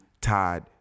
Todd